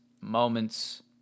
moments